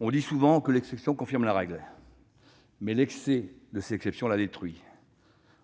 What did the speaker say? On dit souvent que l'exception confirme la règle, mais l'excès de ces exceptions la détruit.